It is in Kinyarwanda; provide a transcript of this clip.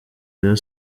rayon